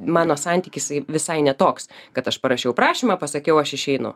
mano santykis visai ne toks kad aš parašiau prašymą pasakiau aš išeinu